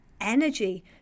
energy